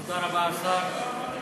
תודה רבה, השר.